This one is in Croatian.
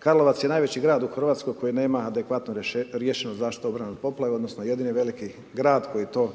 Karlovac je najveći grad u RH koji nema adekvatno riješeno zaštite obrane od poplave odnosno jedini veliki grad koji to